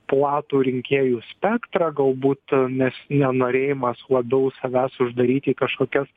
platų rinkėjų spektrą galbūt nes nenorėjimas labiau savęs uždaryti į kažkokias